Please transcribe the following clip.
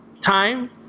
time